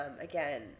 again